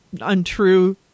untrue